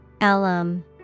Alum